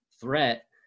threat